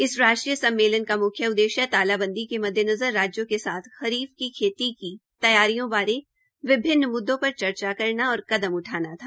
इस राष्ट्रीय सम्मेलन का म्ख्य उद्देश्य तालाबंदी के मद्देनज़र राज्यों के साथ खरीफ की खेती की तैयारियों बारे विभिन्न मुद्दों पर चर्चा करना और कदम उठाना था